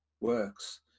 works